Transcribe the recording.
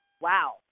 wow